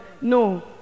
No